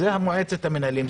זה מועצת המנהלים,